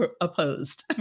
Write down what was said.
opposed